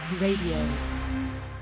Radio